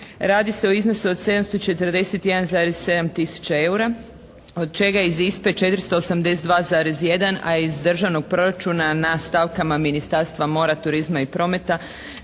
Radi se o iznosu od 741,7 tisuća eura od čega iz ISP-e 482,1 a iz državnog proračuna na stavkama Ministarstva mora, turizma i prometa